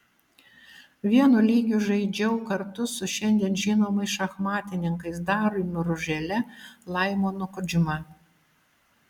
vienu lygiu žaidžiau kartu su šiandien žinomais šachmatininkais dariumi ružele laimonu kudžma